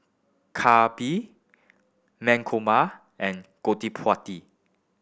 Kapil Mankombu and Gottipati